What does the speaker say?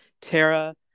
Tara